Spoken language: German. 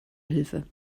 hilfe